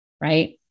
right